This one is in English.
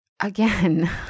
again